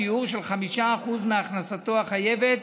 שיעור של 5% מהכנסתו החייבת